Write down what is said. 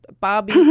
Bobby